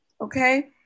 Okay